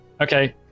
Okay